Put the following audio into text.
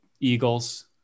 Eagles